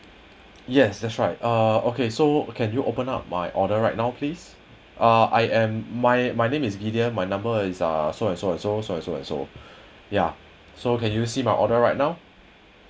yes that's right uh okay so can you open up my order right now please uh I am my my name is gideon my number is ah so and so and so so and so and so ya so can you see my order right now